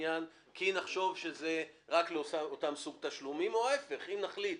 נחשוב שזה רק לאותם סוג תשלומים או ההפך אם נחליט